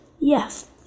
Yes